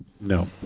No